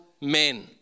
men